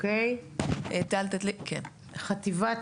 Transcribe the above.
חטיבת